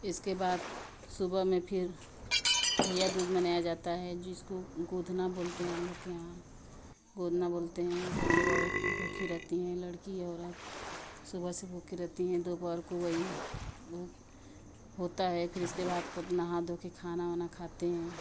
इसके बाद सुबह में फिर भैया दूज मनाया जाता है जिसको गोधना बोलते हैं हम लोग के यहाँ गोधना बोलते हैं सब लोग औरत भूखी रहती हैं लड़की औरत सुबह से भूखी रहती हैं दोपहर को वही वो होता है फिर इसके बाद सब नहा धोके खाना वाना खाते हैं